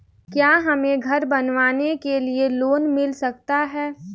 क्या हमें घर बनवाने के लिए लोन मिल सकता है?